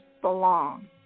belong